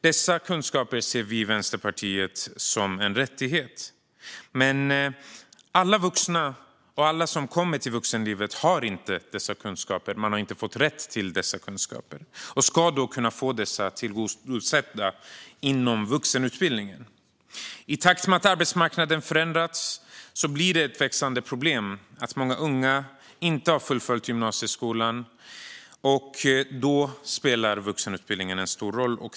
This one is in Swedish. Dessa kunskaper ser vi i Vänsterpartiet som en rättighet. Men alla vuxna har inte dessa kunskaper och har inte fått rätt till dessa kunskaper. De ska då kunna få dessa tillgodosedda inom vuxenutbildningen. I takt med att arbetsmarknaden förändrats blir det ett växande problem att många unga inte har fullföljt gymnasieskolan. Då spelar vuxenutbildningen en stor roll.